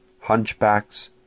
hunchbacks